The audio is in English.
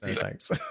thanks